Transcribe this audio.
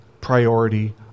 priority